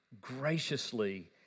graciously